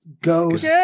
ghost